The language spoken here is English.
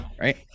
right